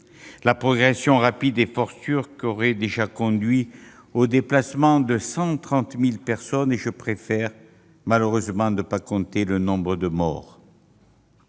La progression rapide des forces turques aurait déjà conduit au déplacement de 130 000 personnes, et je préfère ne pas compter le nombre des morts